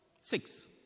Six